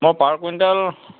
মই পাৰ কুইণ্টেল